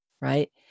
Right